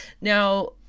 now